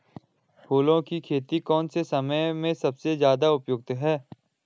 फूलों की खेती कौन से समय में सबसे ज़्यादा उपयुक्त है?